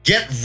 Get